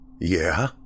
Yeah